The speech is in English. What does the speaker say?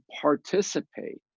participate